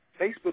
Facebook